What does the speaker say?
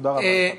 תודה רבה.